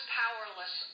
powerless